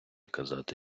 казати